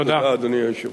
תודה, אדוני היושב-ראש.